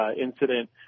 incident